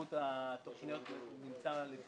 פירוט התוכניות נמסר.